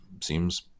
seems